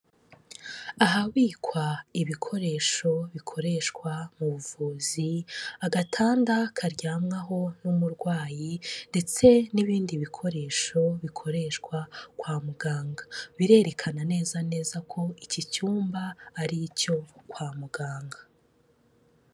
Ahabikwa ibikoresho bikoreshwa mu buvuzi, agatanda karyamwaho n'umurwayi ndetse n'ibindi bikoresho bikoreshwa kwa muganga birerekana neza neza ko iki cyumba ari icyo kwa muganga.